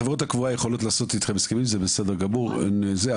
חברות הקבורה יכולות אתכם הסכמים וזה בסדר גמור אבל